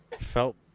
felt